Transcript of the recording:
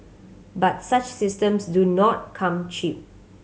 but such systems do not come cheap